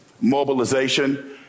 Mobilization